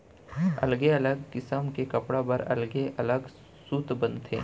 अलगे अलगे किसम के कपड़ा बर अलगे अलग सूत बनथे